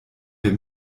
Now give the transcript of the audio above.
wir